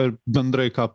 ar bendrai ką